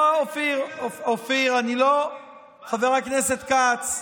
אופיר, חבר הכנסת כץ,